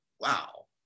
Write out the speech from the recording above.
wow